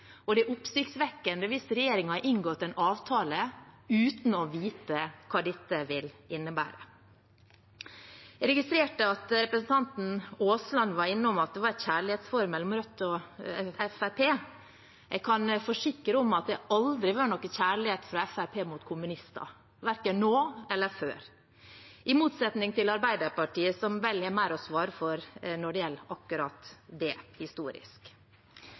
Det er oppsiktsvekkende hvis regjeringen har inngått en avtale uten å vite hva dette vil innebære. Jeg registrerte at representanten Aasland var innom at det var et kjærlighetsforhold mellom Rødt og Fremskrittspartiet. Jeg kan forsikre om at det aldri vil være noen kjærlighet fra Fremskrittspartiet til kommunister, verken nå eller før – i motsetning til Arbeiderpartiet, som vel har mer å svare for når det gjelder akkurat det, historisk.